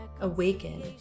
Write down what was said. awaken